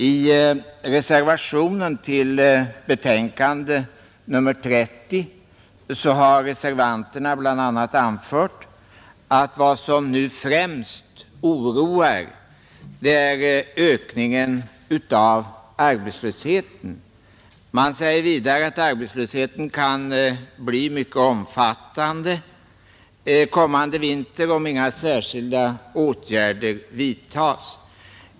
I reservationen till betänkande nr 30 har reservanterna bl.a. anfört att vad som nu främst oroar är ökningen av arbetslösheten. Man säger vidare att arbetslösheten kan bli mycket omfattande kommande vinter om inga särskilda åtgärder vidtas.